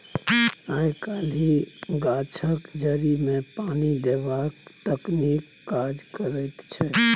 आय काल्हि गाछक जड़िमे पानि देबाक तकनीक काज करैत छै